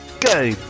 go